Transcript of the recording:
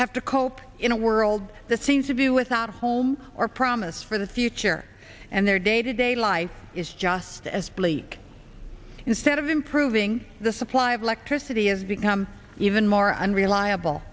have to cope in a world that seems to be without a home or promise for the future and their day to day life is just as bleak instead of improving the supply of electricity has become even more unreliable